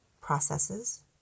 processes